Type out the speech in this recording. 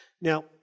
Now